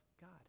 God